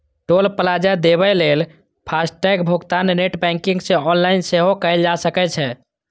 टोल plaza देबय लेल FASTag भुगतान नेट बैंकिंग सं ऑनलाइन सेहो कैल जा सकै छै